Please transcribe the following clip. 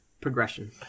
progression